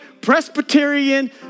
Presbyterian